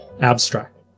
abstract